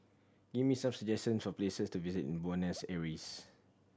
give me some suggestion for places to visit in Buenos Aires